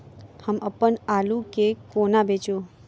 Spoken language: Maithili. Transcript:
हम अप्पन आलु केँ कोना बेचू?